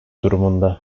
durumunda